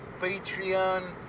patreon